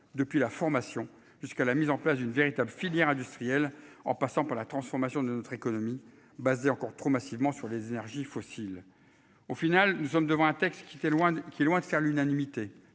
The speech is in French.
depuis la formation jusqu'à la mise en place d'une véritable filière industrielle en passant par la transformation de notre économie basée encore trop massivement sur les énergies fossiles. Au final, nous sommes devant un texte qui était loin qui est loin de faire l'unanimité.